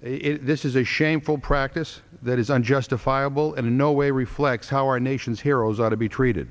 this is a shameful practice that is unjustifiable and in no way reflects how our nation's heroes are to be treated